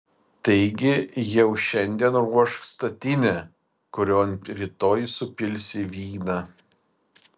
taigi jau šiandien ruošk statinę kurion rytoj supilsi vyną